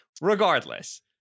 Regardless